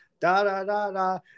da-da-da-da